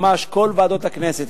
ממש כל ועדות הכנסת.